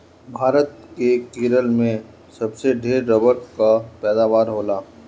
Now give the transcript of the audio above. भारत के केरल में सबसे ढेर रबड़ कअ पैदावार होला